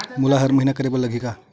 मोला हर महीना करे बर लगही का?